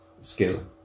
skill